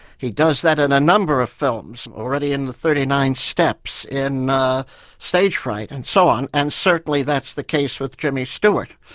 he does that in a number of films, already in the thirty-nine steps, in ah stagefright, and so on, and certainly that's the case with jimmy stewart.